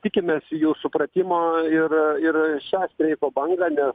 tikimės jų supratimo ir ir šią streiko bangą nes